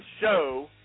show